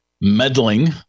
meddling